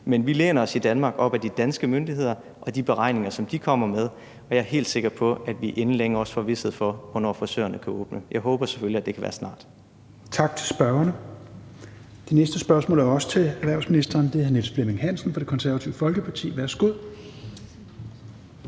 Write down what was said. Men vi læner os i Danmark op ad de danske myndigheder og de beregninger, som de kommer med. Og jeg helt sikker på, at vi inden længe også får vished for, hvornår frisørerne kan åbner. Jeg håber selvfølgelig, at det kan være snart. Kl. 17:18 Tredje næstformand (Rasmus Helveg Petersen): Tak til spørgeren. Det næste spørgsmål er også til erhvervsministeren. Det er af hr. Niels Flemming Hansen fra Det Konservative Folkeparti. Kl.